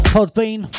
Podbean